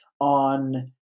on